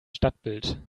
stadtbild